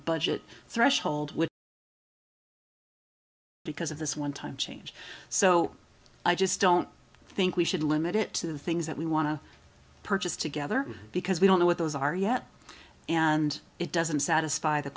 budget threshold which because of this one time change so i just don't think we should limit it to the things that we want to purchase together because we don't know what those are yet and it doesn't satisfy the